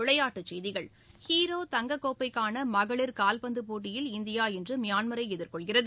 விளையாட்டுச் செய்திகள் ஹீரோ தங்கக் கோப்பைக்கான மகளிர் கால்பந்து போட்டியில் இந்தியா இன்று மியான்மரை எதிர்கொள்கிறது